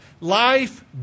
Life